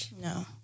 No